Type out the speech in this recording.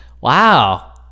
Wow